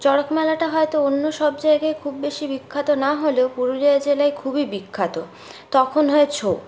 চরক মেলাটা হয়তো অন্য সব জায়গায় খুব বেশি বিখ্যাত না হলেও পুরুলিয়া জেলায় খুবই বিখ্যাত তখন হয় ছৌ